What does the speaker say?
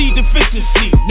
deficiency